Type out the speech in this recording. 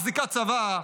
מחזיקה צבא,